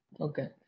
Okay